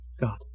God